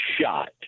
shot